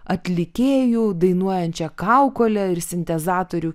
atlikėjų dainuojančią kaukolę ir sintezatorių